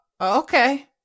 Okay